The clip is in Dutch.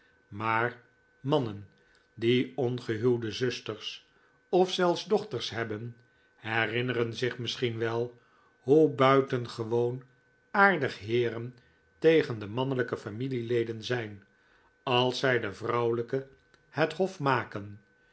maar mannen die ongehuwde zusters of zelfs dochters hebben herinneren zich misschien wel hoe buitengewoon aardig heeren tegen de mannelijke familieleden zijn als zij de vrouwelijke het hof maken